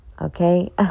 okay